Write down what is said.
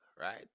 right